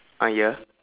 ah ya